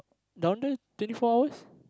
down there twenty four hours